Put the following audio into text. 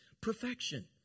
Perfection